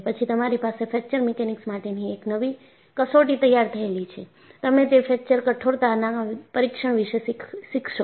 પછી તમારી પાસે ફ્રેક્ચર મિકેનિક્સ માટેની એક નવી કસોટી તૈયાર થયેલી છે તમે તે ફ્રેક્ચર કઠોરતાના પરીક્ષણ વિશે શીખશો